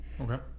okay